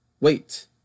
wait